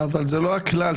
אבל זה לא הכלל.